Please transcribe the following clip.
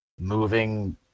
moving